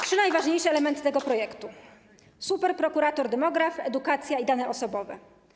Trzy najważniejsze elementy tego projektu: superprokurator demograf, edukacja i dane osobowe.